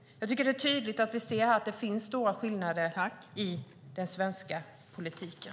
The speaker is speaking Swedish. Jag tycker att vi tydligt kan se att det finns stora skillnader i den svenska politiken.